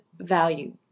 value